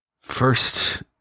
First